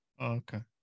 Okay